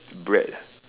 bread